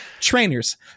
Trainers